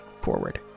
forward